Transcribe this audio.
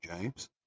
James